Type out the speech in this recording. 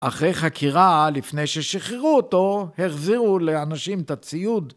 אחרי חקירה, לפני ששחררו אותו, החזירו לאנשים את הציוד.